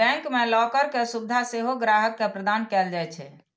bank मे locker के सुविधा सेहो ग्राहक के प्रदान कैल जाइ छै